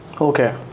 Okay